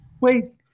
Wait